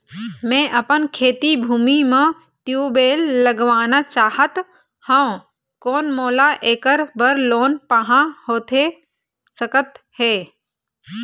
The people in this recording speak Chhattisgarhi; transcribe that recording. मैं अपन खेती भूमि म ट्यूबवेल लगवाना चाहत हाव, कोन मोला ऐकर बर लोन पाहां होथे सकत हे?